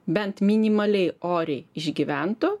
bent minimaliai oriai išgyventų